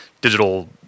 digital